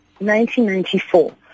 1994